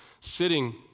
sitting